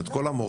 את כל המורשת